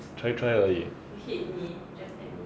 try try 可以